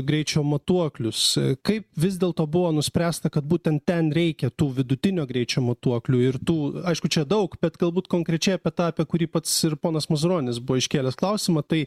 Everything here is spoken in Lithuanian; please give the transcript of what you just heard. greičio matuoklius kaip vis dėlto buvo nuspręsta kad būtent ten reikia tų vidutinio greičio matuoklių ir tų aišku čia daug bet galbūt konkrečiai apie tą apie kurį pats ir ponas mazuronis buvo iškėlęs klausimą tai